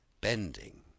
bending